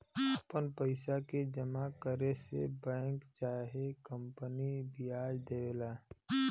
आपन पइसा के जमा करे से बैंक चाहे कंपनी बियाज देवेला